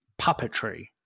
puppetry